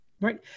right